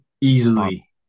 easily